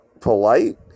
polite